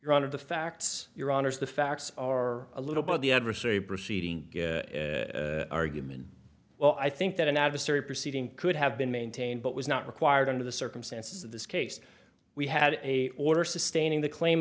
honor the facts your honour's the facts are a little but the adversary proceeding argument well i think that an adversary proceeding could have been maintained but was not required under the circumstances of this case we had a order sustaining the claim